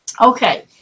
Okay